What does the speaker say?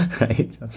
Right